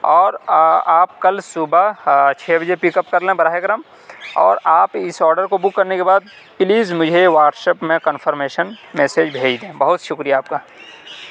اور آپ کل صبح چھ بجے پیکپ کر لیں براہ کرم اور آپ اس آڈر کو بک کرنے کے بعد پلیز مجھے واٹس ایپ میں کنفرمیشن میسج بھیج دیں بہت شکریہ آپ کا